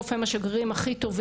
ובנושא של אלימות,